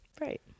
Right